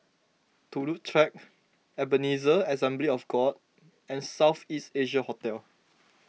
Turut Track Ebenezer Assembly of God and South East Asia Hotel